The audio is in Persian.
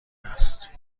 هست